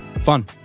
fun